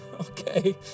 Okay